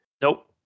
Nope